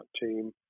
team